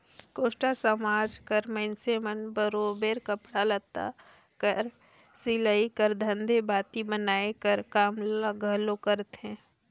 कोस्टा समाज कर मइनसे मन बरोबेर कपड़ा लत्ता कर सिलई कर संघे बाती बनाए कर काम ल घलो करथे